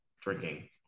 drinking